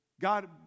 God